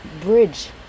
bridge